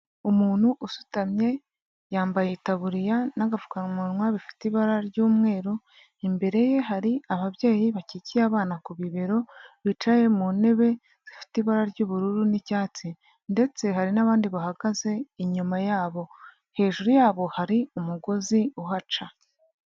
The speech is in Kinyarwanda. Umuntu usutamye yambaye itaburiya n'agapfukamunwa bifite ibara ry'umweru imbere ye hari ababyeyi bakikiye abana ku bibero bicaye mu ntebe zifite ibara ry'ubururu n'icyatsi ndetse hari n'abandi bahagaze inyuma yabo hejuru yabo hari umugozi uhaca.